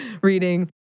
Reading